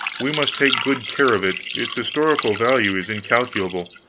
we must take good care of it its historical value is incalculable.